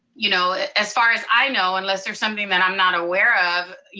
you know as far as i know, unless there's something that i'm not aware of,